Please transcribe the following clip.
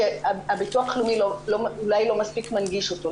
שהביטוח הלאומי אולי לא מספיק מנגיש אותו.